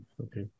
Okay